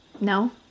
No